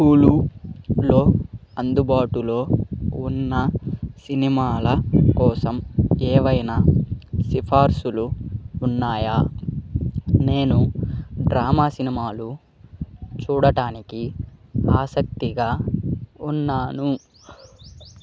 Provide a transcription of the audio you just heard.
హులులో అందుబాటులో ఉన్న సినిమాల కోసం ఏవైనా సిఫార్సులు ఉన్నాయా నేను డ్రామా సినిమాలు చూడడానికి ఆసక్తిగా ఉన్నాను